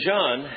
John